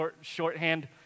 shorthand